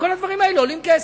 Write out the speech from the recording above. כל הדברים האלה עולים כסף.